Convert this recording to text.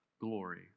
glory